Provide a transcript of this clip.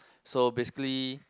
so basically